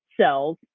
cells